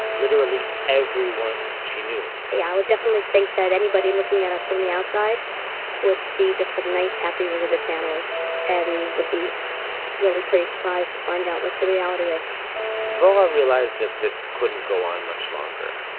literally everyone she knew yeah. i would definitely think that anybody looking at us from the outside would see just a nice happy religious family and would be really pretty surprised to find out what the reality is dvorah realized that this couldn't go on much longer.